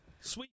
Sweet